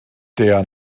der